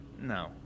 No